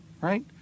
right